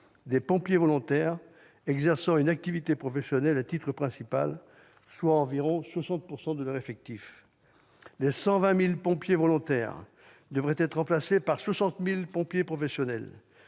des pompiers volontaires exerçant une activité professionnelle à titre principal, soit environ 60 % de leurs effectifs. Les 120 000 pompiers volontaires devraient être remplacés par 60 000 pompiers professionnels,